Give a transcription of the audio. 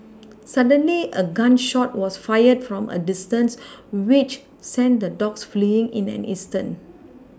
suddenly a gun shot was fired from a distance which sent the dogs fleeing in an instant